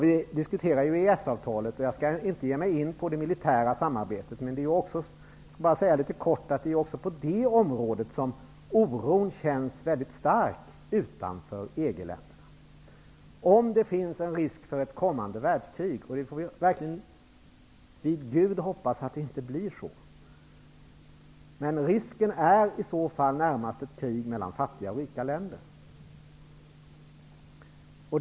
Vi diskuterar EES-avtalet, så jag skall inte ge mig in på frågan om det militära samarbetet. Jag vill bara säga litet kort att också på det området är oron mycket stark utanför EG-länderna. Om det finns en risk för ett kommande världskrig -- vi får vid Gud hoppas att det inte blir något -- gäller den i så fall närmast ett krig mellan fattiga och rika länder.